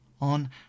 on